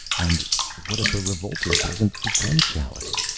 and what if a revolter doesn't become chaliced?